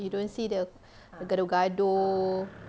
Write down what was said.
you don't see the gaduh-gaduh